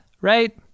right